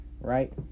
Right